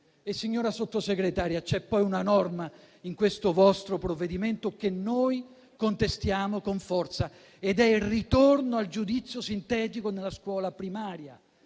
Signora Sottosegretaria, c'è poi una norma in questo vostro provvedimento che contestiamo con forza ed è il ritorno al giudizio sintetico nella scuola primaria,